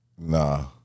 Nah